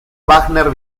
wagner